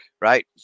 right